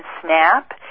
snap